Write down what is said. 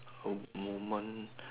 a moment